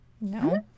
No